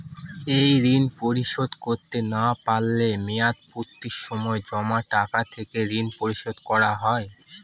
এই ঋণ পরিশোধ করতে না পারলে মেয়াদপূর্তির সময় জমা টাকা থেকে ঋণ পরিশোধ করা হয়?